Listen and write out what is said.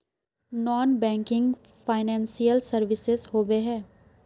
Non banking financial services होबे है?